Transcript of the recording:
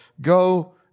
Go